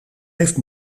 heeft